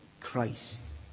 Christ